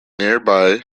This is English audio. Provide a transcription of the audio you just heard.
nearby